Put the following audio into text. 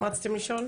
מה רציתם לשאול?